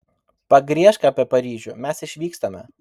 pagriežk apie paryžių mes išvykstame